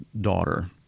daughter